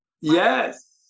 Yes